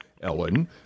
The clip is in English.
Ellen